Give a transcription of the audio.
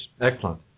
Excellent